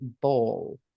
ball